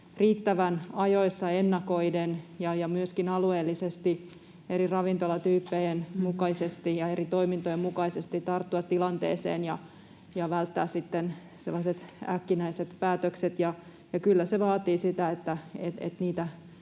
riittävän ajoissa ennakoiden ja myöskin alueellisesti eri ravintolatyyppien mukaisesti ja eri toimintojen mukaisesti tarttua tilanteeseen ja välttää sitten sellaiset äkkinäiset päätökset. Ja kyllä se vaatii sitä, että